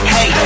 Hey